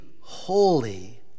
holy